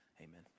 Amen